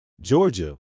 Georgia